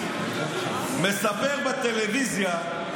מספר בטלוויזיה,